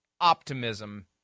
Optimism